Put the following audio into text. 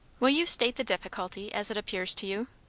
will you state the difficulty, as it appears to you?